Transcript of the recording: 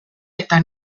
eta